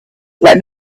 let